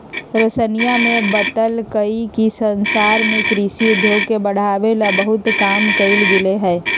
रोशनीया ने बतल कई कि संसार में कृषि उद्योग के बढ़ावे ला बहुत काम कइल गयले है